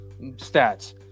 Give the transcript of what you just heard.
stats